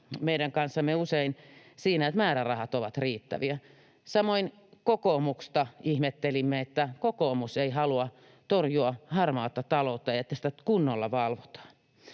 meidän kanssamme usein siinä, että määrärahat ovat riittäviä. Samoin kokoomusta ihmettelimme, että kokoomus ei halua torjua harmaata taloutta, niin että sitä kunnolla valvotaan.